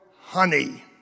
honey